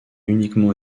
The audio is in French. uniquement